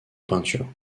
peinture